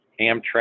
Amtrak